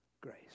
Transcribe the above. grace